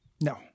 No